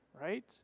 right